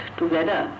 together